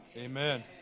Amen